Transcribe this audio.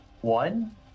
one